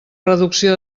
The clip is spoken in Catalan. reducció